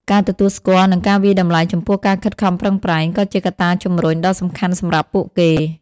ការទទួលស្គាល់ និងការវាយតម្លៃចំពោះការខិតខំប្រឹងប្រែង ក៏ជាកត្តាជំរុញដ៏សំខាន់សម្រាប់ពួកគេ។